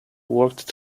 worked